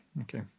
Okay